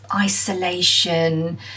isolation